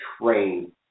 train